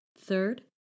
Third